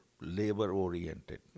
labor-oriented